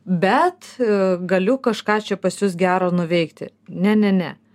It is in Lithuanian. bet galiu kažką čia pas jus gero nuveikti ne ne ne